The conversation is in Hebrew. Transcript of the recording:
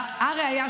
והראיה,